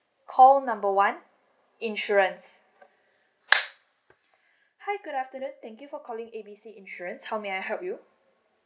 call number one insurance hi good afternoon thank you for calling A B C insurance how may I help you